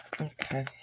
Okay